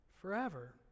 forever